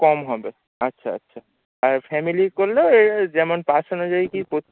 কম হবে আচ্ছা আচ্ছা আর ফ্যামিলির করলে যেমন পার্সেন্ট অনুযায়ী কী পো